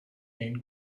één